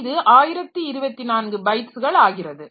இது 1024 பைட்ஸ்ஸுகள் ஆகிறது